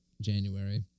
January